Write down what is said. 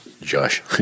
Josh